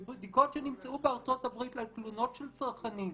בבדיקות שנמצאו בארצות הברית לתלונות של צרכנים,